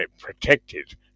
protected